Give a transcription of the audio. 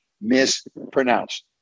mispronounced